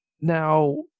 now